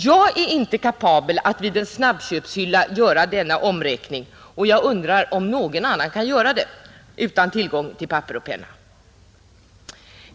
Jag är inte kapabel att vid en snabbköpshylla göra denna omräkning och jag undrar om någon annan kan göra det utan tillgång till papper och penna.